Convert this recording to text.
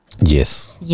Yes